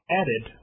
added